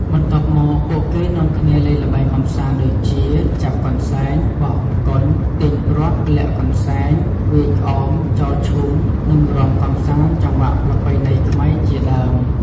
បន្ទាប់មក ពួកគេនាំគ្នាលេងល្បែងកម្សាន្តដូចជា ចាប់កន្សែង បោះអង្គញ់ ទាញព្រ័ត្រ លាក់កន្សែង វាយក្អម ចោលឈូង និងរាំកំសាន្តចង្វាក់ប្រពៃណីខ្មែរជាដើម។